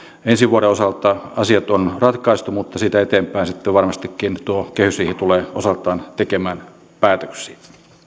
ensi vuoden osalta asiat on ratkaistu mutta siitä eteenpäin sitten varmastikin tuo kehysriihi tulee osaltaan tekemään päätöksiä